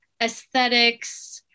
aesthetics